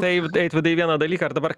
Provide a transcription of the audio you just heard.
taip eitvydai vieną dalyką ir dabar